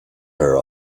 her